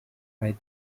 white